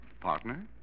Partner